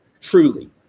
truly